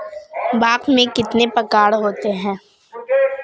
Bank में कितने प्रकार के निवेश होते हैं?